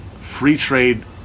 free-trade